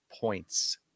points